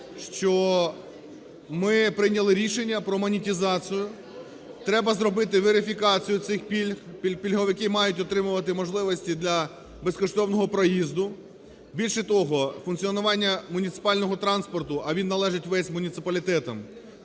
що ми прийняли рішення про монетизацію. Треба зробити верифікацію цих пільг, пільговики мають отримувати можливості для безкоштовного проїзду. Більше того, функціонування муніципального транспорту, а він належить весь муніципалітетам,